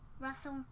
Russell